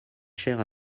chère